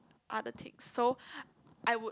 other things so I would